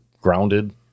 grounded